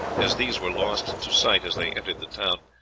as these were lost to sight as they entered the town,